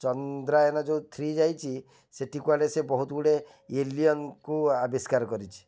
ଯେ ଚନ୍ଦ୍ରାୟନ ଯେଉଁ ଥ୍ରୀ ଯାଇଛି ସେଠି କୁଆଡ଼େ ସେ ବହୁତ ଗୁଡ଼େ ଏଲିୟନ୍କୁ ଆବିଷ୍କାର କରିଛି